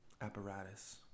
apparatus